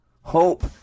Hope